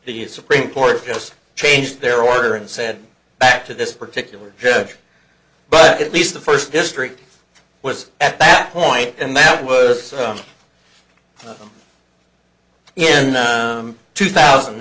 s supreme court just changed their order and said back to this particular judge but at least the first district was at that point and that was in two thousand